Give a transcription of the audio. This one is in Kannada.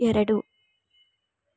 ಎರಡು